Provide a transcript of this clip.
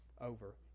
over